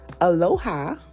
aloha